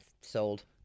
Sold